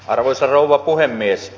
arvoisa rouva puhemies